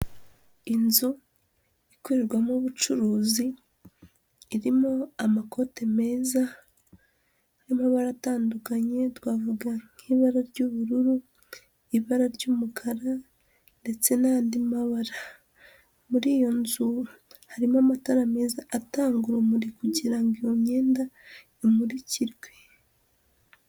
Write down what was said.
Inzu ikorerwamo ubucuruzi, irimo amakote meza y'amabara atandukanye, twavuga nk'ibara ry'ubururu, ibara ry'umukara ndetse n'andi mabara, muri iyo nzu harimo amatara meza atanga urumuri kugira ngo iyo myenda imurikirwe.